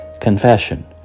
confession